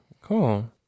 Cool